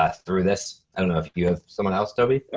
ah through this. i don't know if you have someone else toby,